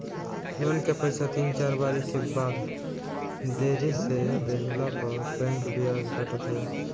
loan के पईसा तीन चार बारी के बाद देरी से देहला पअ बैंक बियाज काटत हवे